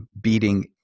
beating